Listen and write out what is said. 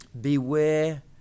Beware